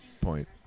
point